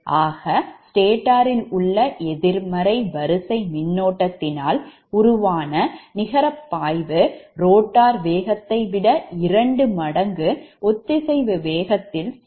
ஆக stator இல் உள்ள எதிர்மறை வரிசை மின்னோட்டத்தினால் உருவான நிகரபாய்வு rotor வேகத்தை விட இரண்டு மடங்கு ஒத்திசவு வேகத்தில் சுழல்கிறது